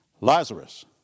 Lazarus